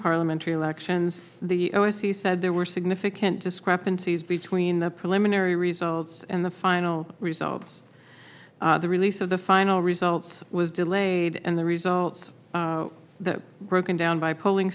parliamentary elections the o s c said there were significant discrepancies between the preliminary results and the final results the release of the final results was delayed and the results of the broken down by polling